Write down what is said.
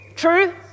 true